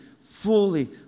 fully